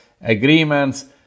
agreements